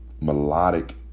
melodic